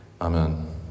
Amen